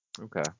Okay